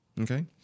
Okay